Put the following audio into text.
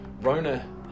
Rona